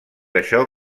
això